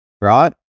Right